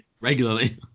regularly